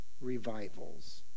revivals